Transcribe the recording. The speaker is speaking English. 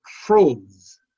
froze